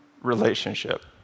relationship